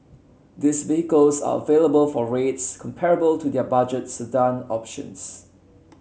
these vehicles are available for rates comparable to their budget sedan options